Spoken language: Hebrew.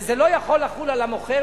שזה לא יכול לחול על המוכר,